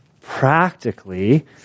practically